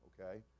okay